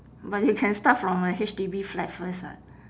but you can start from a H_D_B flat first [what]